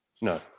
no